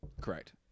Correct